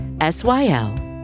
S-Y-L